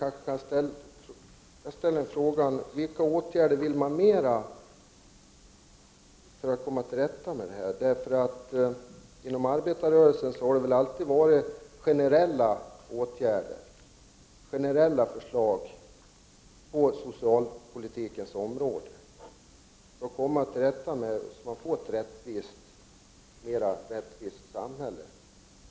Jag vill därför ställa en fråga: Vilka ytterligare åtgärder tänker regeringen vidta för att komma till rätta med detta? Inom arbetarrörelsen har det ju alltid varit generella åtgärder som har gällt inom socialpolitikens område för att åstadkomma ett mer rättvist samhälle.